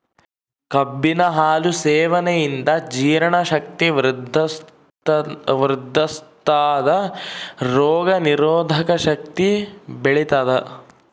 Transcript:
ಕಬ್ಬಿನ ಹಾಲು ಸೇವನೆಯಿಂದ ಜೀರ್ಣ ಶಕ್ತಿ ವೃದ್ಧಿಸ್ಥಾದ ರೋಗ ನಿರೋಧಕ ಶಕ್ತಿ ಬೆಳಿತದ